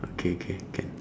okay K can